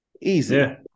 easy